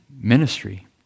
ministry